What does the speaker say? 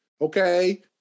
okay